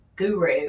guru